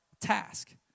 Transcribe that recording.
task